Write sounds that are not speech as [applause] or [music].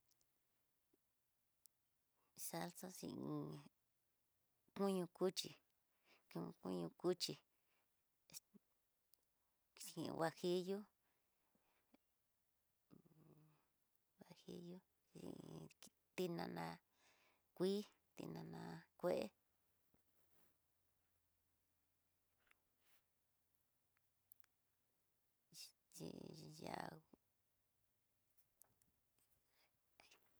Salda xhin hú kuño cuchí, ku kuño cuxhí ex xhin huajillo- huajillo xhin tinana kui ti nana kué, xhin tiyá. [noise]